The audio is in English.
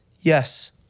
yes